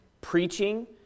Preaching